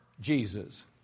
Jesus